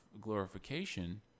glorification